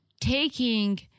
taking